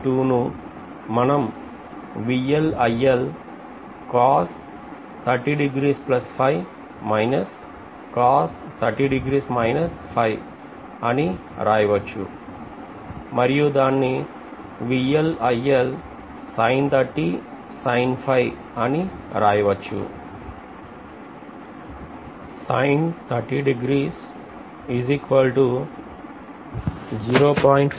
ను మనం అని రాయవచ్చు మరియు దాన్ని అని రాయవచ్చు